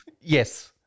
Yes